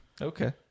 Okay